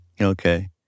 Okay